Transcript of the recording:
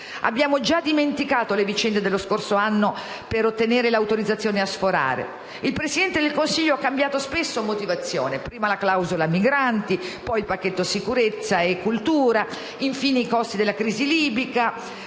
Abbiamo dimenticato le vicende dello scorso anno per ottenere l'autorizzazione a sforare? Il Presidente del Consiglio ha cambiato spesso motivazione: prima la clausola migranti, poi il pacchetto sicurezza e cultura, infine i costi della crisi libica,